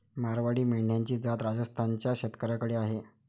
मारवाडी मेंढ्यांची जात राजस्थान च्या शेतकऱ्याकडे आहे